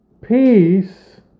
peace